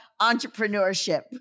entrepreneurship